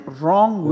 wrong